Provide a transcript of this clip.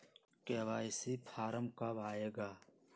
KYC form कब आए गा?